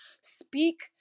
speak